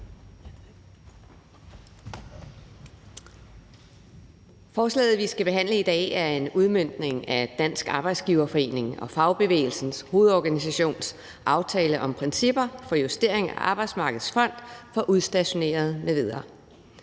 Forslaget, vi skal behandle i dag, er en udmøntning af Dansk Arbejdsgiverforening og Fagbevægelsens Hovedorganisations aftale om principper for justering af Arbejdsmarkedets Fond for Udstationerede m.v.